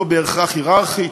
לא בהכרח הייררכי,